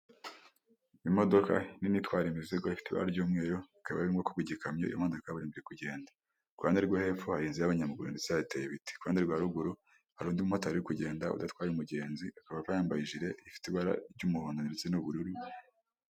Imodoka itwarire imizigo ifite ibara ry'umweru ikaba birimokubiigikayo imodoka yaburinrimbo kugenda iruhande rwo hepfoze y'abanyabuguru ndetse yateye ibiti kandi kuruhande rwa ruguru hari undimumotari kugenda udatwa umugenzi akaba yayambayeje ifite ibara ry'umuhondo ndetse n'ubururu.